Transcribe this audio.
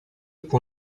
può